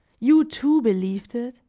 you, too, believed it,